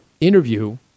interview